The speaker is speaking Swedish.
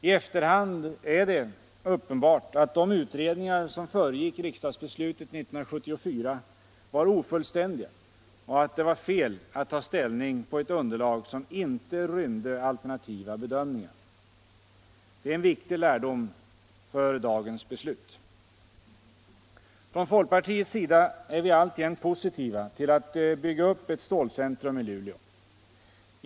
I efterhand är det uppenbart att de utredningar som föregick riksdagsbeslutet 1974 var ofullständiga och att det var fel att ta ställning på ett underlag som inte rymde alternativa bedömningar. Det är en viktig lärdom för dagens beslut. Från folkpartiets sida är vi alltjämt positiva till att bygga upp ett stålcentrum i Luleå.